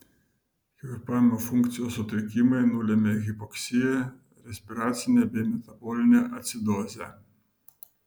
kvėpavimo funkcijos sutrikimai nulemia hipoksiją respiracinę bei metabolinę acidozę